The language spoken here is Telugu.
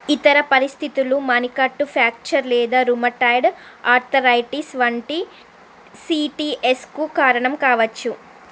ఇతర పరిస్థితులు మణికట్టు ఫ్రాక్చర్ లేదా రుమటాయిడ్ ఆర్థరైటిస్ వంటి సిటిఎస్కు కారణం కావచ్చు